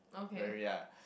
very ah